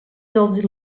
dels